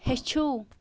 ہیٚچھِو